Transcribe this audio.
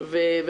זאת אומרת,